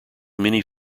many